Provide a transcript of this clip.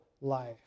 life